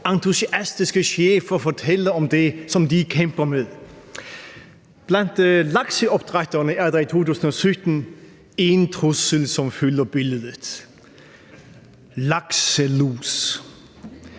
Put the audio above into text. entusiastiske chefer fortæller om det, som de kæmper med. Blandt lakseopdrætterne er der i 2017 én trussel, som fylder i billedet: lakselus.